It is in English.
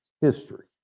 history